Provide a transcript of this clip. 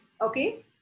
okay